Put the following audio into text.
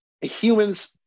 Humans